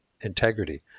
integrity